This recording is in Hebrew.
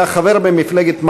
היה חבר במפלגת מפ"ם,